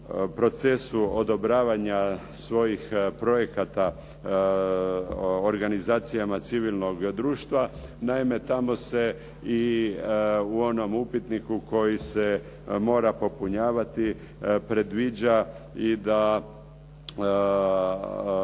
procesu odobravanja svojih projekata, organizacijama civilnog društva. Naime tamo se i u onom upitniku koji se mora popunjavati predviđa i da